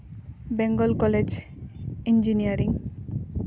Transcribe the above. Bengal college engineering